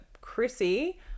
Chrissy